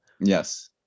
Yes